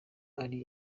ari